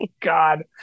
God